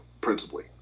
principally